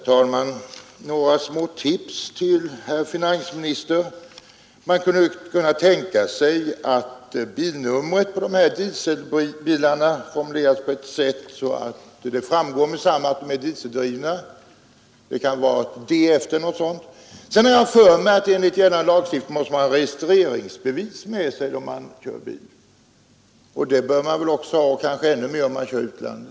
Herr talman! Några små tips till herr finansministern: Man skulle kunna tänka sig att registreringsskylten på de dieseldrivna bilarna formulerades på ett sådant sätt att det med detsamma framgår att de är dieseldrivna; det kan vara ett D efter numret eller något liknande. Sedan har jag för mig att man enligt gällande lagstiftning måste ha besiktningsinstrument med sig då man kör bil. Det bör man väl ha också, och kanske alldeles särskilt ha om man kör i utlandet.